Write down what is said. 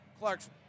Clarkson